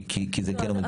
כי זה כן עומד